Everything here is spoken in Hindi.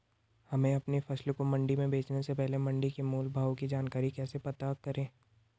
हमें अपनी फसल को मंडी में बेचने से पहले मंडी के मोल भाव की जानकारी कैसे पता करें?